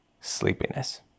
sleepiness